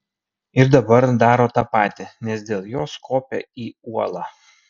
ir dabar daro tą patį nes dėl jos kopia į uolą